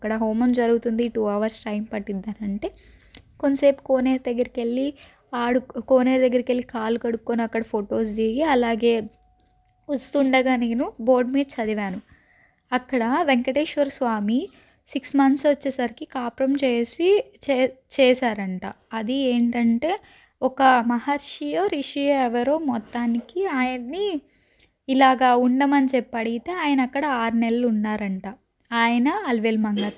అక్కడ హోమం జరుగుతుంది టు అవర్స్ టైం పట్టుద్ది అని అంటే కొంసేపు కోనేరు దగ్గరికి వెళ్ళి ఆడు కోనేరు దగ్గరికి వెళ్ళి కాళ్ళు కడుక్కొని అక్కడ ఫొటోస్ దిగి అలాగే వస్తుండగా నేను బోర్డు మీద చదివాను అక్కడ వెంకటేశ్వర స్వామి సిక్స్ మంత్స్ వచ్చేసరికి కాపురం చేసి చే చేశారంట అది ఏంటంటే ఒక మహర్షియో రుషియో ఎవరో మొత్తానికి ఆయన్ని ఇలాగా ఉండమని చెప్పి అడిగితే ఆయన అక్కడ ఆరు నెలలు ఉన్నారంట ఆయన అలివేలు మంగ